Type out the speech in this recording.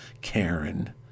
Karen